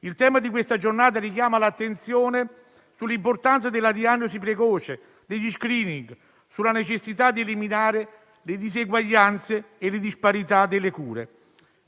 Il tema di questa giornata richiama l'attenzione sull'importanza della diagnosi precoce, degli *screening*, sulla necessità di eliminare le diseguaglianze e le disparità delle cure.